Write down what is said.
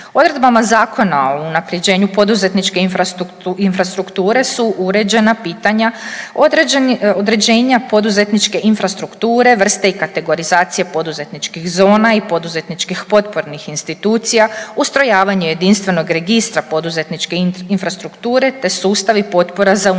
Odredbama Zakona o unapređenju poduzetničke infrastrukture su uređena pitanja određenja poduzetničke infrastrukture vrste i kategorizacije poduzetničkih zona i poduzetničkih potpornih institucija, ustrojavanje jedinstvenog registra poduzetničke infrastrukture te sustavi potpora za unapređenje